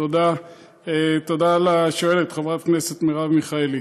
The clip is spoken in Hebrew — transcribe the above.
תודה לשואלת, חברת הכנסת מרב מיכאלי.